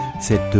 cette